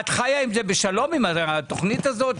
את חיה עם זה בשלום עם התוכנית הזו?